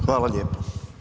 Hvala lijepo.